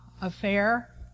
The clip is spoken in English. affair